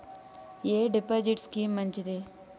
ఎ deposit scheme మంచిది?